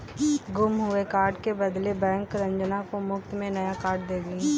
गुम हुए कार्ड के बदले बैंक रंजना को मुफ्त में नया कार्ड देगी